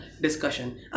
discussion